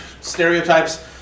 stereotypes